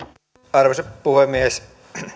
arvoisa puhemies